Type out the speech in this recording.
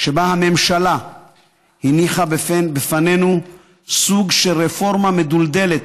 שבו הממשלה הניחה בפנינו סוג של רפורמה מדולדלת,